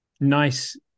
nice